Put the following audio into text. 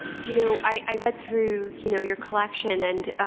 you know, i read through, you know, your collection and